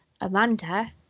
Amanda